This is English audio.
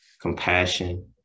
compassion